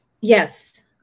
Yes